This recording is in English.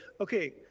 okay